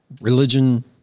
Religion